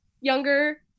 younger